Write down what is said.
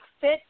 fit